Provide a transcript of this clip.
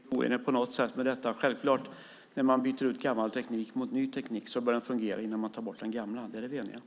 Herr talman! Jag är inte oenig med detta på något sätt. När man byter ut gammal teknik mot ny teknik är det självklart att den nya bör fungera innan man tar bort den gamla. Det är vi eniga om.